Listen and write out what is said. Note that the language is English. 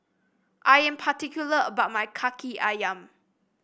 I am particular about my kaki ayam